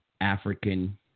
African